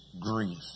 grief